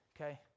okay